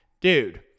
Dude